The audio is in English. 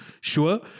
sure